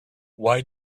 why